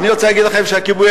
אני רוצה להגיד לכם שהכיבוי-אש,